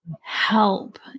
help